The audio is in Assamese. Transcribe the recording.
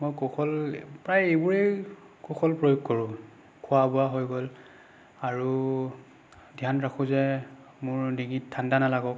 মই কৌশল প্ৰায় এইবোৰেই কৌশল প্ৰয়োগ কৰোঁ খোৱ বোৱা হৈ গ'ল আৰু ধ্যান ৰাখোঁ যে মোৰ ডিঙিত ঠাণ্ডা নালাগক